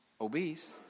obese